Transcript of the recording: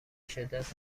شدت